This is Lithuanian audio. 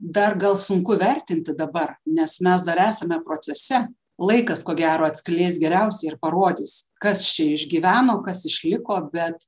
dar gal sunku vertinti dabar nes mes dar esame procese laikas ko gero atskleis geriausiai ir parodys kas čia išgyveno kas išliko bet